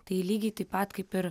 tai lygiai taip pat kaip ir